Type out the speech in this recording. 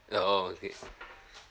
oh okay